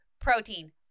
protein